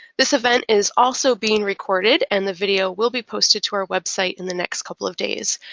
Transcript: this event is also being recorded and the video will be posted to our website in the next couple of days.